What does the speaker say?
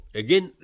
again